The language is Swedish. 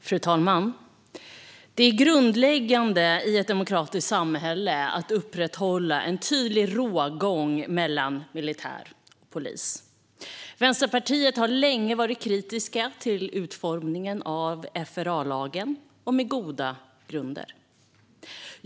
Fru talman! Det är grundläggande i ett demokratiskt samhälle att upprätthålla en tydlig rågång mellan militär och polis. Vänsterpartiet har på goda grunder länge varit kritiskt till utformningen av FRA-lagen.